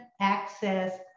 access